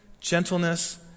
gentleness